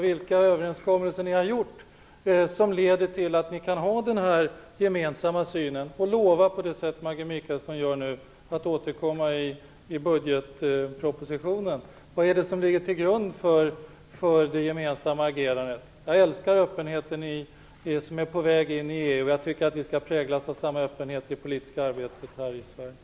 Vilka överenskommelser har ni gjort, som leder till att ni kan ha den här gemensamma synen och lova, på det sätt Maggie Mikaelsson nu gör, att återkomma i budgetpropositionen? Vad är det som ligger till grund för det gemensamma agerandet? Jag älskar den öppenhet som är på väg in i EU, och jag tycker att samma öppenhet bör prägla det politiska arbetet här i Sverige.